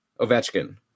Ovechkin